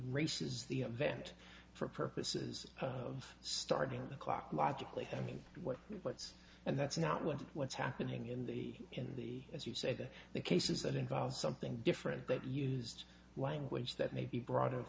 race is the event for purposes of starting the clock logically i mean what what's and that's not what what's happening in the in the as you say that the cases that involve something different that used language that may be bro